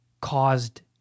caused